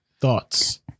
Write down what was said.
thoughts